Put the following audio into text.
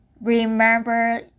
remember